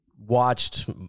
watched